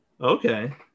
Okay